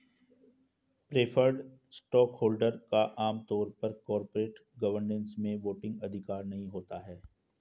preferred stockholder का आम तौर पर कॉरपोरेट गवर्नेंस में वोटिंग अधिकार नहीं होता है